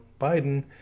biden